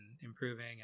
improving